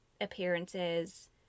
appearances